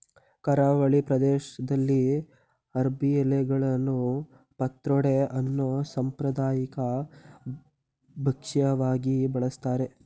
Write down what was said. ಕರಾವಳಿ ಪ್ರದೇಶ್ದಲ್ಲಿ ಅರ್ಬಿ ಎಲೆಗಳನ್ನು ಪತ್ರೊಡೆ ಅನ್ನೋ ಸಾಂಪ್ರದಾಯಿಕ ಭಕ್ಷ್ಯವಾಗಿ ಬಳಸ್ತಾರೆ